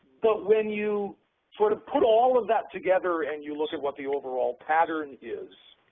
but when you sort of put all of that together and you look at what the overall pattern is,